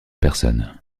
personnes